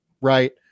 right